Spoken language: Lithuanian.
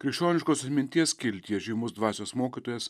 krikščioniškos minties skiltyje žymus dvasios mokytojas